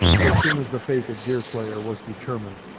so soon as the fate of deerslayer was determined,